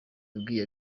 yabwiye